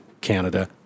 Canada